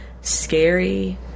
scary